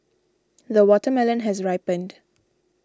the watermelon has ripened